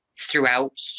throughout